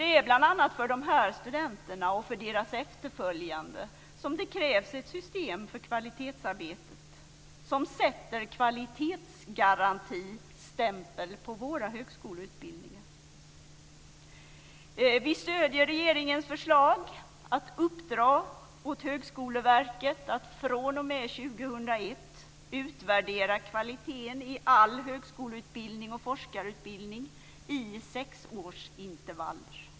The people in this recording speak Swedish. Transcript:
Det är bl.a. för de studenterna och deras efterföljande som det krävs ett system för kvalitetsarbetet som sätter kvalitetsgarantistämpel på våra högskoleutbildningar. Vi stöder regeringens förslag att uppdra åt Högskoleverket att fr.o.m. år 2001 utvärdera kvaliteten i all högskoleutbildning och forskarutbildning i sexårsintervaller.